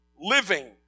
living